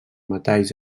metalls